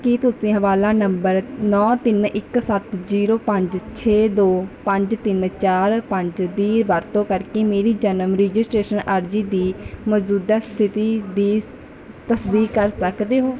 ਕੀ ਤੁਸੀਂ ਹਵਾਲਾ ਨੰਬਰ ਨੌਂ ਤਿੰਨ ਇੱਕ ਸੱਤ ਜੀਰੋ ਪੰਜ ਛੇ ਦੋ ਪੰਜ ਤਿੰਨ ਚਾਰ ਪੰਜ ਦੀ ਵਰਤੋਂ ਕਰਕੇ ਮੇਰੀ ਜਨਮ ਰਜਿਸਟ੍ਰੇਸ਼ਨ ਅਰਜ਼ੀ ਦੀ ਮੌਜੂਦਾ ਸਥਿਤੀ ਦੀ ਤਸਦੀਕ ਕਰ ਸਕਦੇ ਹੋ